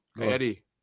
Eddie